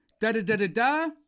da-da-da-da-da